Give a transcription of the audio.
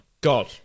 God